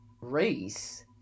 race